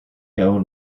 own